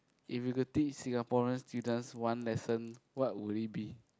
if you could teach Singaporean students one lesson what would it be